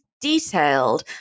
detailed